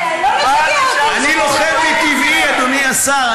לא מפתיע אותי, אני לוחם מטבעי, אדוני השר.